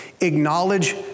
Acknowledge